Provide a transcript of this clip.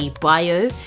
bio